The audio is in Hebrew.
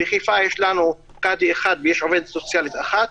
בחיפה יש לנו קאדי אחד ויש עובדת סוציאלית אחת.